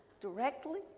directly